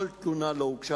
כל תלונה לא הוגשה,